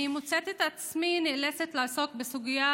אני מוצאת את עצמי נאלצת לעסוק בסוגיה